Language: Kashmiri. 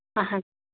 اَہن